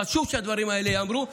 חשוב שהדברים האלה ייאמרו ברבים,